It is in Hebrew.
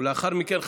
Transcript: ולאחר מכן,